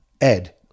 Ed